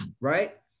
right